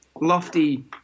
lofty